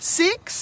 six